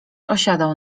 osiadał